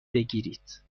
بگیرید